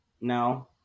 No